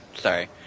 Sorry